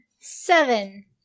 Seven